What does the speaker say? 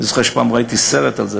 אני זוכר שפעם ראיתי סרט על זה,